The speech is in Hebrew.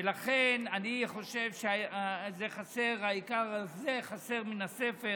ולכן, אני חושב שהעיקר הזה חסר מן הספר.